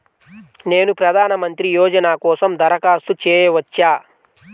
నేను ప్రధాన మంత్రి యోజన కోసం దరఖాస్తు చేయవచ్చా?